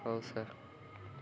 ହଉ ସାର୍